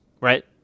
right